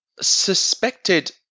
suspected